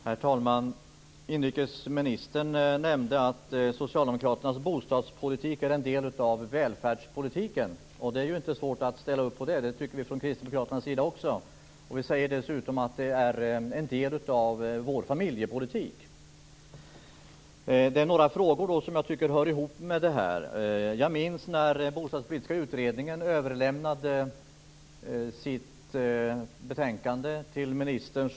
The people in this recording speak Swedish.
Herr talman! Inrikesministern nämnde att Socialdemokraternas bostadspolitik är en del av välfärdspolitiken. Det är ju inte svårt att ställa upp på det - det tycker vi från kristdemokraternas sida också. Vi säger dessutom att den är en del av vår familjepolitik. Det finns några frågor som jag tycker hör ihop med detta. Jag minns när den bostadspolitiska utredningen överlämnade sitt betänkande till ministern.